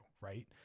right